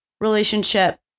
relationship